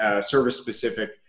service-specific